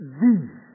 thee